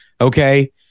okay